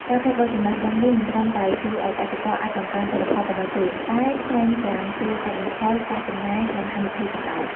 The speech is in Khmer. ការផ្លាស់ប្តូរចំណេះដឹងនេះមិនត្រឹមតែជួយឲ្យកសិករអាចបង្កើនទិន្នផលប៉ុណ្ណោះទេ តែថែមទាំងជួយកាត់បន្ថយការចំណាយ និងហានិភ័យផងដែរ។